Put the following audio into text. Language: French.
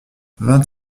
vingt